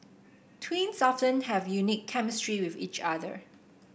twins often have unique chemistry with each other